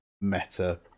meta